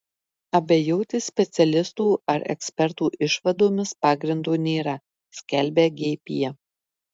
abejoti specialistų ar ekspertų išvadomis pagrindo nėra skelbia gp